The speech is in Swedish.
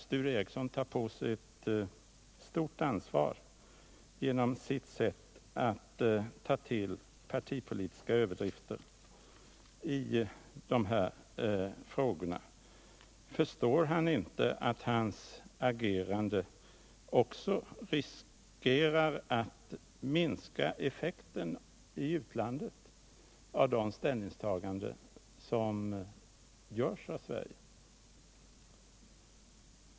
Sture Ericson tar på sig ett stort ansvar genom sitt sätt att ta till partipolitiska överdrifter i de här frågorna. Förstår han inte att hans agerande också riskerar att minska effekten i utlandet av de ställningstaganden som görs uv Sverige?